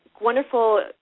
wonderful